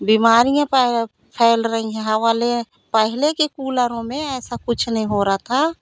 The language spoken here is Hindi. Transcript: बीमारियाँ फैल रही हैं हवा ले पहले के कूलरों में ऐसा कुछ नहीं हो रहा था